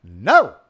no